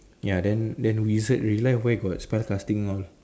ya then then wizard real life where got spell casting all